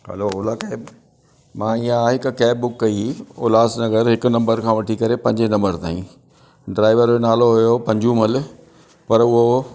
hello Ola cab मां इहा हिक कैब बुक कई उल्हास नगर हिकु नंबर खां वठी करे पंजे नंबर ताईं ड्राइवर जो नालो हुओ पंजूमल पर उहो